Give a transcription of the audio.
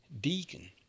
Deacon